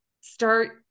start